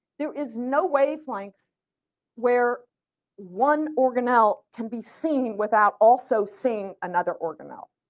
there is no wavelength where one organelle can be seen without also seeing another organelle.